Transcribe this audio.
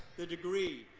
the degree,